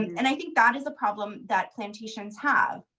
and i think that is a problem that plantations have.